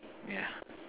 yeah